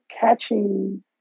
catching